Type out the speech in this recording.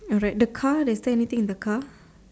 alright the car there is there anything in the car